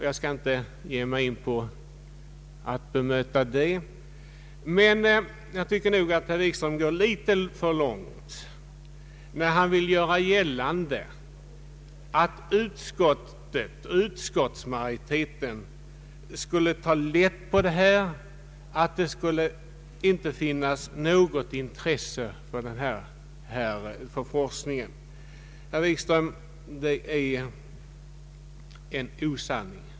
Jag skall inte ge mig in på att bemöta det, men jag tycker nog att herr Wikström går för långt när han vill göra gällande att utskotts majoriteten skulle ta lätt på detta, och att det inte skulle finnas något intresse för forskning. Herr Wikström, det är en osanning.